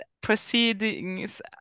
proceedings